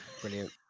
Brilliant